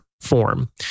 form